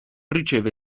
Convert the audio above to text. riceve